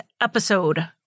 episode